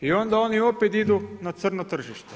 I onda oni opet idu na crno tržište.